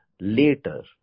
later